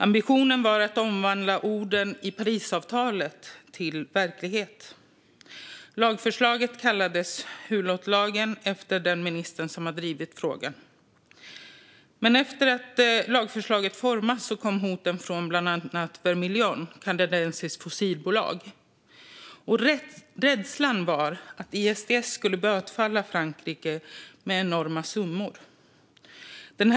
Ambitionen var att omvandla orden i Parisavtalet till verklighet. Lagförslaget uppkallades efter Hulot, som var den minister som drivit frågan. Men efter att lagförslaget formats kom hoten från bland annat Vermilion, som är ett kanadensiskt fossilbolag. Rädslan var att ISDS-mekanismen skulle medföra enorma bötessummor för Frankrike.